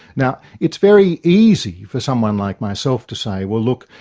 now, it's very easy for someone like myself to say, well, look,